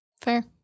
Fair